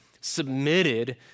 submitted